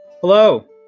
Hello